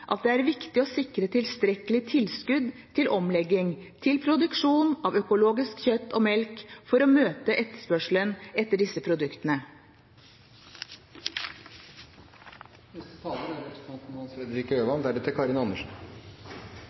at det er viktig å sikre tilstrekkelig tilskudd til omlegging til produksjon av økologisk kjøtt og melk for å møte etterspørselen etter disse produktene.